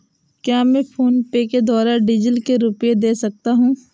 क्या मैं फोनपे के द्वारा डीज़ल के रुपए दे सकता हूं?